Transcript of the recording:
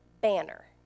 banner